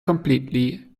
completely